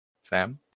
Sam